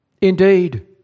Indeed